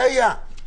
זה היה.